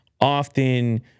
Often